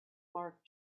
mark